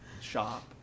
shop